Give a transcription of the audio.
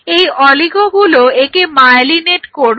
এই অলিগোগুলো একে মায়েলিনেট করবে